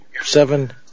seven